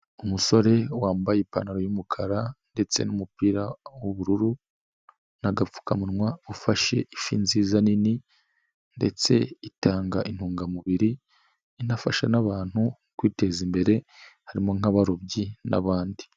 Umusore wambaye ipantaro y'umukara ndetse n'umupira w'ubururu n'agapfukamunwa, ufashe ifi nziza nini ndetse itanga intungamubiri, inafasha n'abantu kwiteza imbere harimo nk'abarobyi n'abandi.